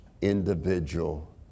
individual